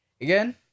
Again